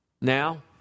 now